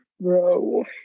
bro